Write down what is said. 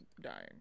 dying